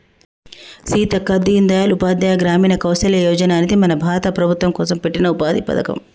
సీతక్క దీన్ దయాల్ ఉపాధ్యాయ గ్రామీణ కౌసల్య యోజన అనేది మన భారత ప్రభుత్వం కోసం పెట్టిన ఉపాధి పథకం